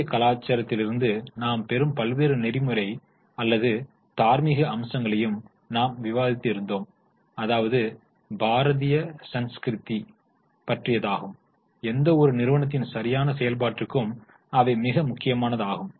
இந்திய கலாச்சாரத்தில் இருந்து நாம் பெறும் பல்வேறு நெறிமுறை அல்லது தார்மீக அம்சங்களையும் நாம் விவாதித்து இருந்தோம் அதாவது பாரதீய சன்ஸ்க்ரிதி பற்றியதாகும் எந்த ஒரு நிறுவனத்தின் சரியான செயல்பாட்டிற்கும் அவை மிக முக்கியமானது ஆகும்